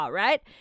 right